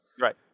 right